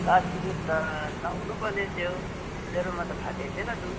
बासी दुध त नहुनुपर्ने त्यो मेरोमा त फाटेको थिएन दुध